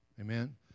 Amen